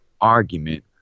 argument